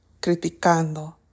criticando